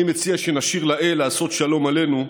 אני מציע שנשאיר לאל לעשות שלום עלינו,